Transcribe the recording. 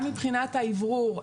גם מבחינת האוורור.